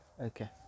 okay